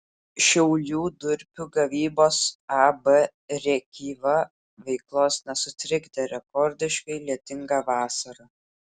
šiaulių durpių gavybos ab rėkyva veiklos nesutrikdė rekordiškai lietinga vasara